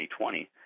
2020